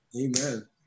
Amen